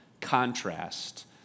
contrast